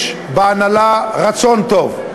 יש בהנהלה רצון טוב.